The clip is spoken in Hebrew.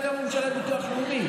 אני לא יודע כמה הוא משלם ביטוח לאומי.